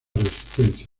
resistencia